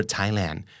Thailand